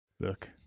Look